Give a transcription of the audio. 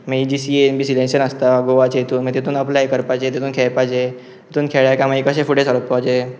मागीर G C A N B selection आसता गोवाचे हातून मागीर तितून एप्लाय करपाचे तितून खेळपाचे तितून खेळळे काय मागीर कशे फुडें सोरपाचें